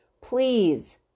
Please